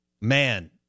man